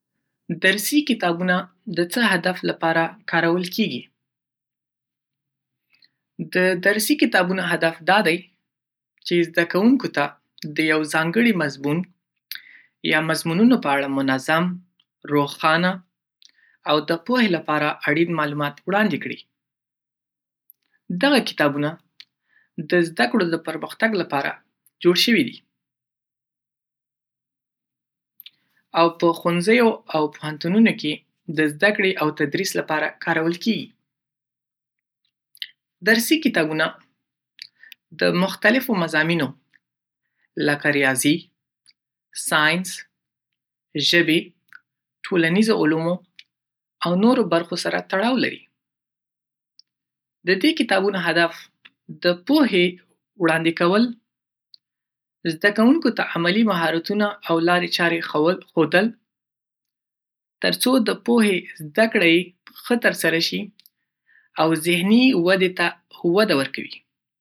درسی کتابونه د څه هدف لپاره کارولکېږی؟ د درسی کتابونو هدف دا دی چې زده کوونکو ته د یو ځانګړي مضمون یا مضمونونو په اړه منظم، روښانه او د پوهې لپاره اړین معلومات وړاندې کړي. دغه کتابونه د زده کړو د پرمختګ لپاره جو‌ړ شوي دي او په ښوونځیو او پوهنتونونو کې د زده کړې او تدریس لپاره کارول کېږي. درسی کتابونه د مختلفو مضامینو لکه ریاضي، ساینس، ژبې، ټولنیزو علومو او نورو برخو سره تړاو لري. د دې کتابونو هدف د پوهی وړاندې کول، زده کوونکو ته عملي مهارتونه او لارې چارې ښودل، ترڅو د پوهې زده کړه یې ښه ترسره شي او ذهني ودې ته وده ورکوي